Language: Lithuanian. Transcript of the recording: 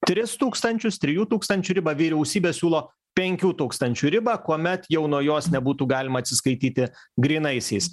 tris tūkstančius trijų tūkstančių ribą vyriausybė siūlo penkių tūkstančių ribą kuomet jau nuo jos nebūtų galima atsiskaityti grynaisiais